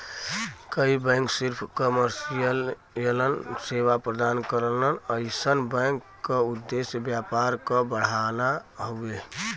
कई बैंक सिर्फ कमर्शियल सेवा प्रदान करलन अइसन बैंक क उद्देश्य व्यापार क बढ़ाना हउवे